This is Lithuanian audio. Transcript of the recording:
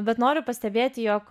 bet noriu pastebėti jog